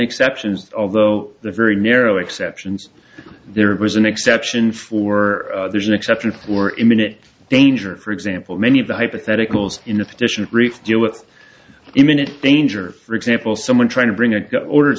exceptions although the very narrow exceptions there was an exception for there's an exception for imminent danger for example many of the hypotheticals in a petition brief deal with imminent danger for example someone trying to bring a gun orders